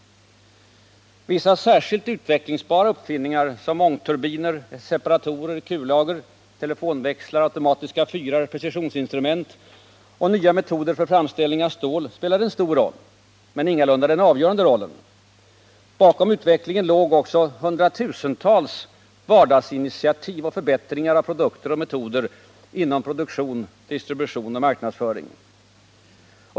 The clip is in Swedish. Vissa särskilt utvecklingsbara uppfinningar såsom ångturbiner, separatorer, kullager, telefonväxlar, automatiska fyrar, precisionsinstrument och nya metoder för framställning av stål spelade en stor roll — men ingalunda den avgörande rollen. Bakom utvecklingen låg också de hundratusentals vardagsinitiativen och förbättringarna av produkter och metoder inom produktion, distribution och marknadsföring.